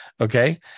okay